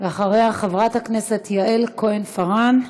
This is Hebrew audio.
חברת הכנסת יעל כהן-פארן,